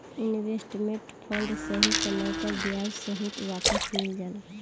investment fund सही समय पर ब्याज सहित वापस मिल जाला